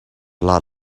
lot